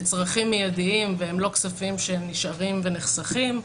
לצרכים מיידיים, ואלה לא כספים שנשארים ונחסכים.